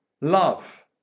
love